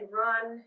run